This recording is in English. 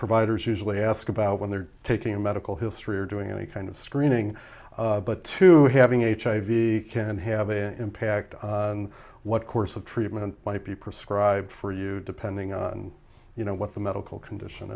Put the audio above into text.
providers usually ask about when they're taking a medical history or doing any kind of screening but to having a hiv can have an impact on what course of treatment might be prescribed for you depending on you know what the medical condition